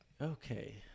Okay